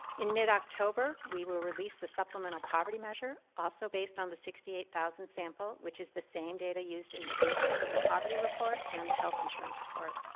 in mid-october mid-october we will release the supplemental poverty measure, also based on the sixty eight thousand sample which is the same data used in the income and poverty report and the health insurance report.